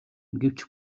гэвч